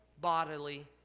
bodily